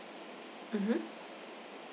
mmhmm